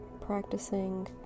Practicing